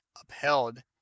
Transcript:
upheld